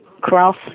cross